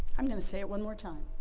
i'm going to say it one more time.